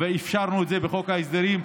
ואפשרנו את זה בחוק ההסדרים.